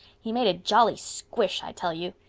he made a jolly squish i tell you.